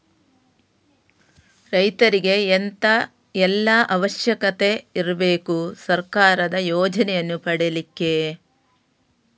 ರೈತರಿಗೆ ಎಂತ ಎಲ್ಲಾ ಅವಶ್ಯಕತೆ ಇರ್ಬೇಕು ಸರ್ಕಾರದ ಯೋಜನೆಯನ್ನು ಪಡೆಲಿಕ್ಕೆ?